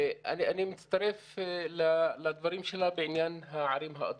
אני מצטרף לדברים שלה בעניין הערים האדומות.